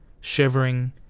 shivering